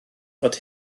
fod